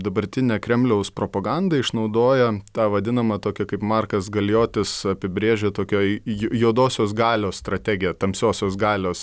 dabartinė kremliaus propaganda išnaudoja tą vadinamą tokią kaip markas galijotas apibrėžia tokioj juodosios galios strategija tamsiosios galios